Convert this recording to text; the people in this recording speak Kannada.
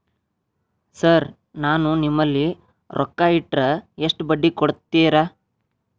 ಸರ್ ನಾನು ನಿಮ್ಮಲ್ಲಿ ರೊಕ್ಕ ಇಟ್ಟರ ಎಷ್ಟು ಬಡ್ಡಿ ಕೊಡುತೇರಾ?